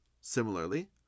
Similarly